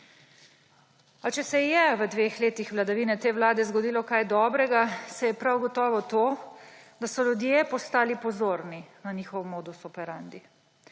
Pa če se je v dveh letih vladavine te vlade zgodilo kaj dobrega, se je prav gotovo to, da so ljudje postali pozorni na njihov modus operandi.